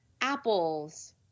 apples